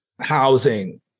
housing